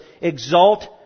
exalt